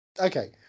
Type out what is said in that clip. Okay